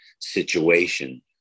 situation